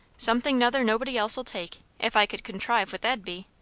somethin' nother nobody else'll take if i could contrive what that'd be.